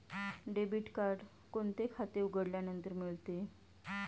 Debit card कोणते खाते उघडल्यानंतर मिळते?